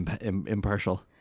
impartial